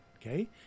okay